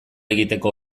egiteko